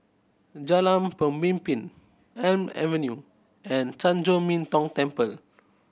Jalan Pemimpin Elm Avenue and Chan Chor Min Tong Temple